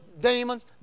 demons